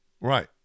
Right